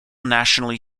nationally